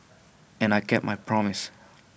and I kept my promise